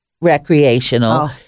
recreational